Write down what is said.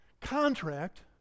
contract